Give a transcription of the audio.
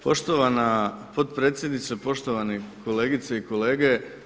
Poštovana potpredsjednice, poštovani kolegice i kolege.